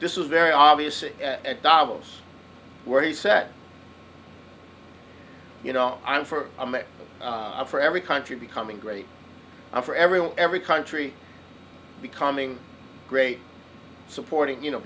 this is very obvious in davos where he said you know i'm for a mic for every country becoming great for everyone every country becoming great supporting you know